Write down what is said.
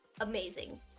amazing